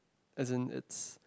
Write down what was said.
as in is